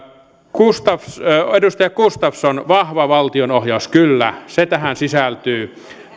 edustaja gustafsson vahva valtionohjaus kyllä se tähän sisältyy